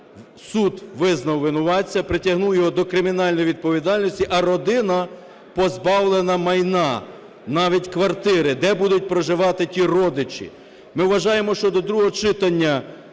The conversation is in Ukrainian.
суд визнав винуватця, притягнув його до кримінальної відповідальності, а родина позбавлена майна, навіть квартири: де будуть проживати ті родичі? Ми вважаємо, що до другого читання